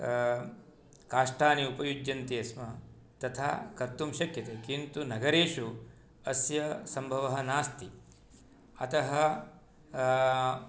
काष्ठानि उपयुज्यन्ते स्म तथा कर्तुं शक्यते किन्तु नगरेषु अस्य सम्भवः नास्ति अतः